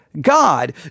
God